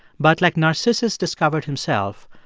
but like narcissus discovered himself,